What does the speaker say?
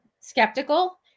skeptical